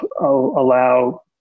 allow